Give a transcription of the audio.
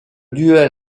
duel